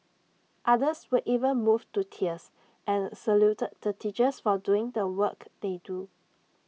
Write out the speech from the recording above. others were even moved to tears and saluted the teachers for doing the work they do